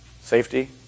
Safety